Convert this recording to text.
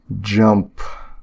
Jump